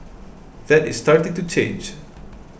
that is starting to change